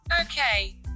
Okay